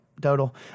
total